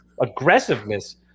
aggressiveness